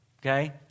okay